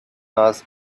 asked